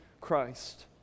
Christ